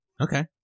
Okay